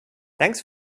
thanks